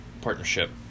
partnership